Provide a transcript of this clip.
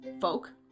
folk